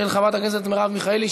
של חברת הכנסת מרב מיכאלי,